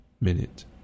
minute